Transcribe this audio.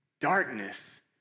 Darkness